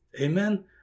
Amen